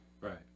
right